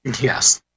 yes